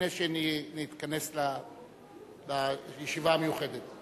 לפני שנתכנס לישיבה המיוחדת.